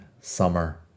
summer